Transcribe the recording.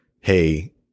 hey